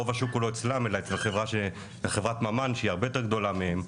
רוב השוק הוא לא אצלם אלא אצל חברת ממן שהיא הרבה יותר גדולה מהם.